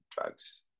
drugs